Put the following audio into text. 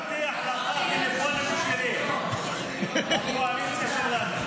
אנחנו נבטיח לך טלפונים כשרים בקואליציה שלנו.